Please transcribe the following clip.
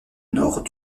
nord